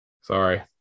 Sorry